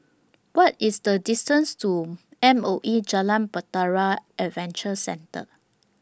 What IS The distance to M O E Jalan Bahtera Adventure Centre